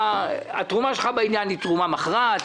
התרומה שלך בעניין היא תרומה מכרעת,